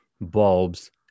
bulbs